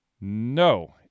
No